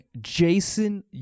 Jason